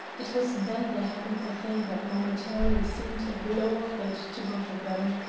it was then there happened the thing that momentarily seemed a blow of fate to both of them.